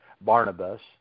Barnabas